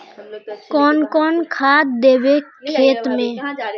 कौन कौन खाद देवे खेत में?